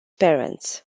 parents